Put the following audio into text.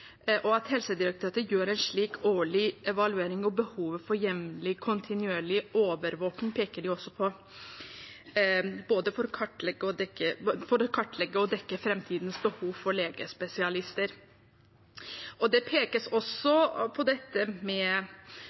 og at Helsedirektoratet gjør en slik årlig evaluering. De peker også på behovet for jevnlig og kontinuerlig overvåking for å kartlegge og dekke framtidens behov for legespesialister. Legeforeningen peker også på